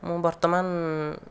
ମୁଁ ବର୍ତ୍ତମାନ